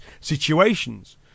situations